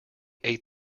ate